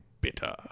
bitter